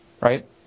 right